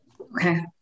Okay